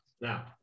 now